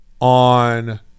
on